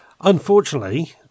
Unfortunately